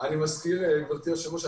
גברתי היושבת-ראש,